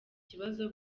kibazo